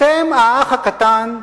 אתם האח הקטן והלא-אהוב,